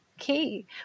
Key